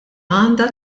għandha